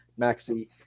Maxi